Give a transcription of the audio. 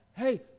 Hey